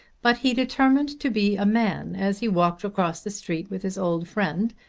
but he determined to be a man as he walked across the street with his old friend,